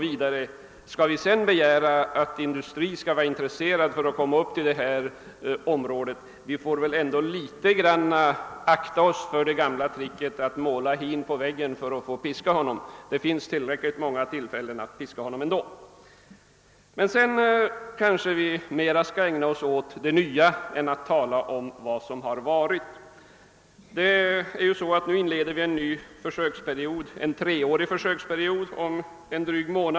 v., kan vi inte begära att industrier skall vara intresserade att komma dit upp. Vi bör väl akta oss för det gamla tricket att måla hin på väggen för att få piska honom; det finns ändå tillräckligt många tillfällen att göra det. Men vi kanske här skall ägna oss mer åt att tala om det nya än om vad som har varit. Om en dryg månad inleds en ny, treårig försöksperiod.